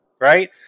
right